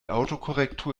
autokorrektur